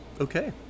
Okay